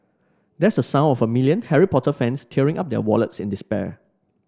that's the sound of a million Harry Potter fans tearing up their wallets in despair